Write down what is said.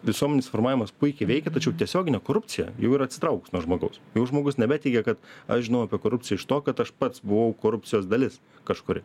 visuomenės informavimas puikiai veikia tačiau tiesioginė korupcija jau yra atsitraukus nuo žmogaus jau žmogus nebetiki kad aš žinau apie korupciją iš to kad aš pats buvau korupcijos dalis kažkuri